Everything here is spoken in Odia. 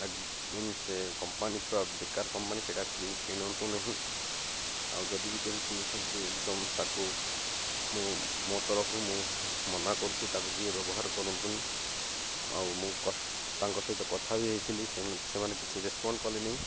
ଏକଦମ୍ ସେ କମ୍ପାନୀ ପୁରା ବେକାର କମ୍ପାନୀ ସେଇଟା କେହି କିଣନ୍ତୁ ନାହିଁ ଆଉ ଯଦି ବି କେହି କିଣୁଛନ୍ତି ଏକଦମ୍ ତାକୁ ମୁଁ ମୋ ତରଫରୁ ମୁଁ ମନା କରୁଛି ତାକୁ କିଏ ବ୍ୟବହାର କରନ୍ତୁନି ଆଉ ମୁଁ ତାଙ୍କ ସହିତ କଥା ବି ହେଇଥିଲି ସେମାନେ କିଛି ରେସପଣ୍ଡ କଲେ ନି